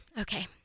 Okay